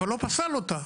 אבל לא פסל אותה.